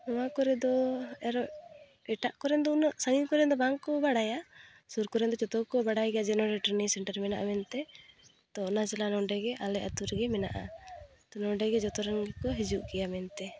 ᱱᱚᱣᱟ ᱠᱚᱨᱮ ᱫᱚ ᱮᱨᱚᱜ ᱮᱴᱟᱜ ᱠᱚᱨᱮᱱ ᱫᱚ ᱩᱱᱟᱹᱜ ᱥᱟᱺᱜᱤᱧ ᱠᱚᱨᱮᱱ ᱫᱚ ᱵᱟᱝ ᱠᱚ ᱵᱟᱲᱟᱭᱟ ᱥᱩᱨ ᱠᱚᱨᱮᱱ ᱫᱚ ᱡᱚᱛᱚ ᱜᱮᱠᱚ ᱵᱟᱲᱟᱭ ᱜᱮᱭᱟ ᱡᱮ ᱱᱚᱸᱰᱮ ᱴᱨᱱᱤᱝ ᱥᱮᱱᱴᱟᱨ ᱢᱮᱱᱟᱜᱼᱟ ᱢᱮᱱᱛᱮ ᱛᱚ ᱚᱱᱟ ᱡᱟᱞᱟ ᱱᱚᱸᱰᱮᱜᱮ ᱟᱞᱮ ᱟᱛᱩ ᱨᱮᱜᱮ ᱢᱮᱱᱮᱜᱼᱟ ᱛᱚ ᱱᱚᱸᱰᱮᱜᱮ ᱡᱚᱛᱚ ᱨᱮᱱ ᱜᱮᱠᱚ ᱦᱤᱡᱩᱜ ᱜᱮᱭᱟ ᱢᱮᱱᱛᱮ